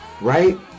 right